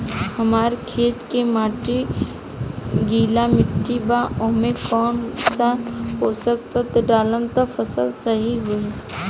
हमार खेत के माटी गीली मिट्टी बा ओमे कौन सा पोशक तत्व डालम त फसल सही होई?